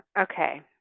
Okay